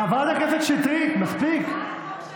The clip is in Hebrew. חברת הכנסת שטרית, מספיק.